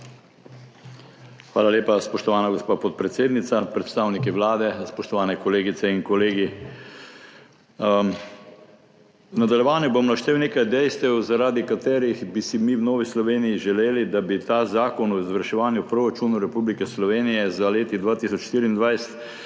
Hvala lepa, spoštovana gospa podpredsednica. Predstavniki Vlade, spoštovane kolegice in kolegi! V nadaljevanju bom naštel nekaj dejstev, zaradi katerih bi si mi v Novi Sloveniji želeli, da bi ta Zakon o izvrševanju proračunov Republike Slovenije za leti 2024